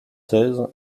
seize